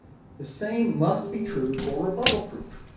the same must be true for rebuttal proof.